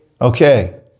okay